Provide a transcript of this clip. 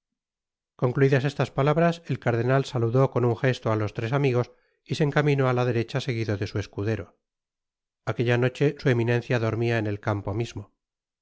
concluidas estas palabras el cardenal saludó con un jesto á los tres amigos y se encaminó á la derecha seguido de su escudero aquetla noche su eminencia dormia en el campo mismo